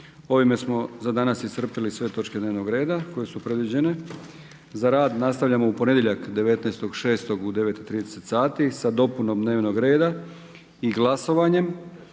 Ovime smo za danas iscrpili sve točke dnevnog reda koje su predviđene za rad. Nastavljamo u ponedjeljak 19.6. u 9,30 sati sa dopunom dnevnog reda i glasovanjem,